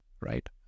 right